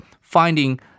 finding